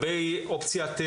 המזכר מדבר על ייצוא למצרים,